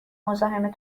مزاحم